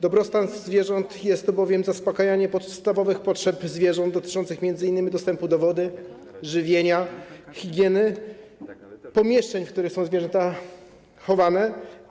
Dobrostan zwierząt jest to bowiem zaspokajanie podstawowych potrzeb zwierząt dotyczących m.in. dostępu do wody, żywienia, higieny, pomieszczeń, w których są zwierzęta chowane.